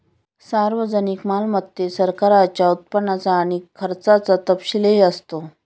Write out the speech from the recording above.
सार्वजनिक मालमत्तेत सरकारच्या उत्पन्नाचा आणि खर्चाचा तपशीलही असतो